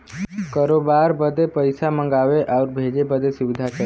करोबार बदे पइसा मंगावे आउर भेजे बदे सुविधा चाही